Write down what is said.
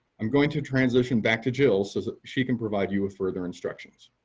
i'm going to transition back to jill so that she can provide you with further instructions.